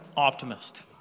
optimist